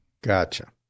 Gotcha